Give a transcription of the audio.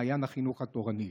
מעיין החינוך התורני.